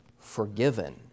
forgiven